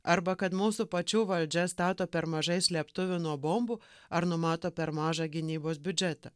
arba kad mūsų pačių valdžia stato per mažai slėptuvių nuo bombų ar numato per mažą gynybos biudžetą